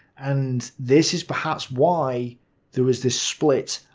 and this is perhaps why there is this split,